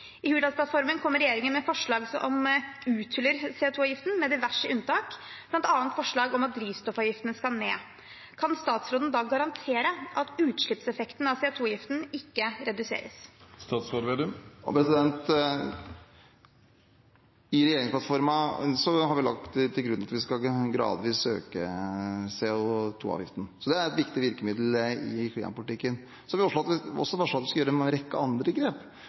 I Hurdalsplattformen kommer regjeringen med forslag som uthuler CO 2 -avgiften med diverse unntak, blant annet forslag om at drivstoffavgiftene skal ned. Kan statsråden da garantere at utslippseffekten av CO 2 -avgiften ikke reduseres?» I regjeringsplattformen har vi lagt til grunn at vi gradvis skal øke CO 2 -avgiften. Det er et viktig virkemiddel i klimapolitikken. Vi har også varslet at vi skal gjøre en rekke andre grep